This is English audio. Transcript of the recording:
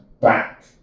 back